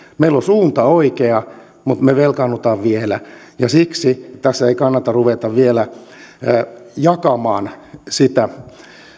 meillä on suunta oikea mutta me velkaannumme vielä ja siksi tässä ei kannata ruveta vielä jakamaan sitä